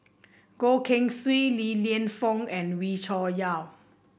Goh Keng Swee Li Lienfung and Wee Cho Yaw